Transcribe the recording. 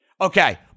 Okay